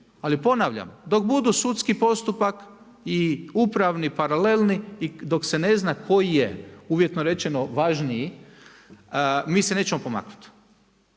Ali, ponavljam, dok budu sudski postupak i upravni paralelni i dok se ne zna koji je, uvjetno rečeno važniji, mi se nećemo pomaknuti.